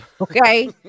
Okay